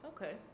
Okay